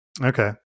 Okay